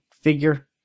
figure